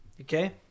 okay